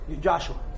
Joshua